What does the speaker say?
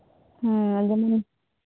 ᱦᱮᱸ ᱟᱸᱡᱚᱢᱫᱟᱹᱧ